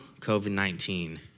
COVID-19